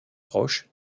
proche